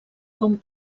com